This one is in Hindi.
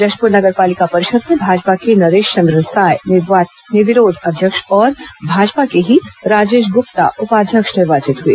जशपुर नगर पालिका परिषद में भाजपा के नरेश चंद्र साय निर्विरोध अध्यक्ष और भाजपा के ही राजेश गुप्ता उपाध्यक्ष निर्वाचित हुए